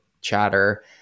chatter